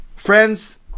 Friends